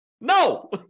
No